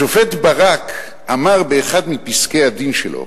השופט ברק אמר באחד מפסקי-הדין שלו